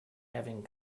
having